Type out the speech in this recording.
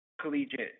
collegiate